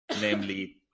namely